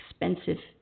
expensive